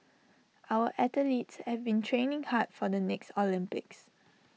our athletes have been training hard for the next Olympics